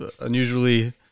unusually